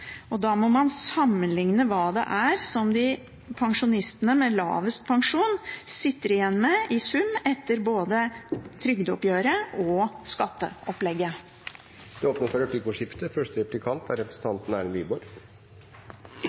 Da må man sammenligne hva de pensjonistene med lavest pensjon sitter igjen med i sum etter både trygdeoppgjøret og skatteopplegget. Det blir replikkordskifte. Det er